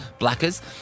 blackers